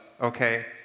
Okay